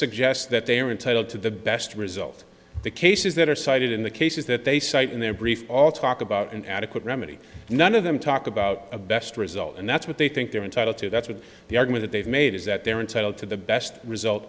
suggests that they are entitled to the best result the cases that are cited in the cases that they cite in their brief all talk about an adequate remedy none of them talk about a best result and that's what they think they're entitled to that's what the argument they've made is that they're entitled to the best result